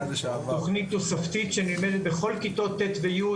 תוכנית תוספתית שנלמדת בכל כיתות ט' ו-י'.